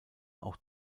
auch